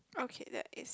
okay that is